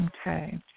Okay